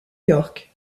york